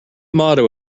motto